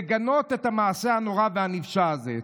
לגנות את המעשה הנורא והנפשע הזה.